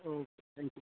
okay thank you